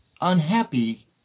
unhappy